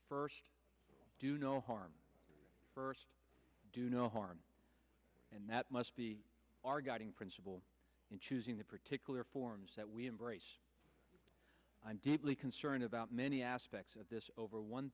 first do no harm first do no harm and that must be our guiding principle in choosing the particular forms that we embrace i'm deeply concerned about many aspects of this over one